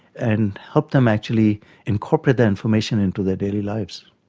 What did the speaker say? and help them actually incorporate that information into their daily lives.